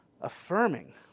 affirming